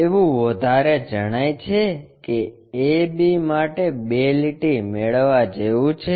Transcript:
એવું વધારે જણાય છે કે a b માટે 2 લીટી મેળવવા જેવું છે